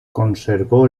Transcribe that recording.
conservó